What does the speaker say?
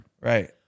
Right